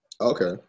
Okay